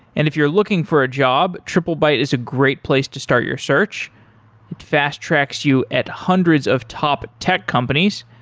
and if you're looking for a job, triplebyte is a great place to start your search, it fast-tracks you at hundreds of top tech companies.